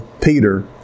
Peter